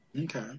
okay